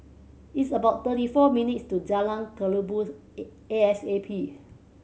it's about thirty four minutes' to Jalan Kelabu A A S A P